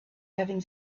having